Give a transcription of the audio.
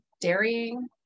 dairying